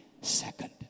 second